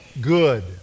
good